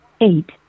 eight